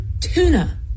tuna